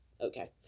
okay